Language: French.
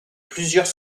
plusieurs